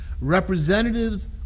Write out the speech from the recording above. representatives